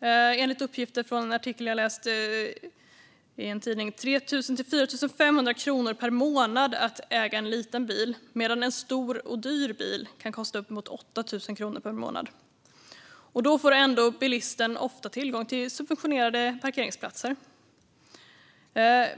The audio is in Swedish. Enligt en artikel jag läste i en tidning kostar det i snitt 3 000-4 500 kronor per månad att äga en liten bil, medan en stor och dyr bil kan kosta uppemot 8 000 kronor per månad. Då får ändå bilisten ofta tillgång till subventionerade pplatser.